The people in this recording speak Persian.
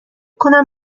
کنم